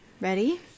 Ready